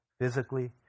Physically